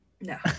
No